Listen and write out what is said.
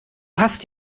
hast